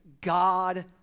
God